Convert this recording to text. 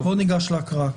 ניגש להקראה.